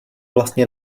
vlastně